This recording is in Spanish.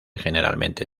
generalmente